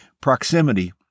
proximity